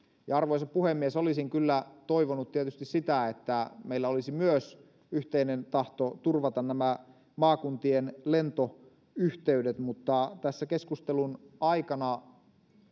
arvoisa puhemies olisin kyllä toivonut tietysti sitä että meillä olisi myös yhteinen tahto turvata nämä maakuntien lentoyhteydet mutta tässä keskustelun aikana